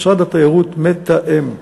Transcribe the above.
משרד התיירות מתאם.